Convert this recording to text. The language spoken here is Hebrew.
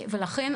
לכן,